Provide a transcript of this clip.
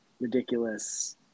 ridiculous